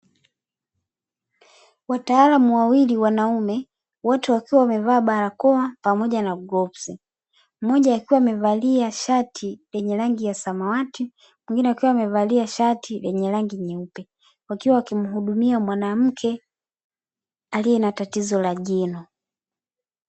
Wataalamu wawili wanaume wote wakiwa wamevaa barakoa pamoja na glavusi. Mmoja akiwa amevalia shati lenye rangi ya samawati na mwengine akiwa amevalia shati ya rangi nyeupe, wakiwa wakimhudumia mwanamke aliye na tatizo la jino.